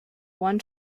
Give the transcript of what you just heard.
one